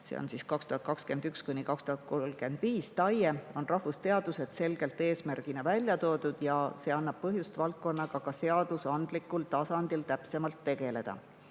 see on siis 2021–2035 TAIE – on rahvusteadused selgelt eesmärgina välja toodud ja see annab põhjust valdkonnaga ka seadusandlikul tasandil täpsemalt tegeleda.